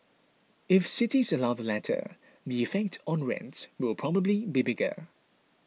if cities allow the latter the effect on rents will probably be bigger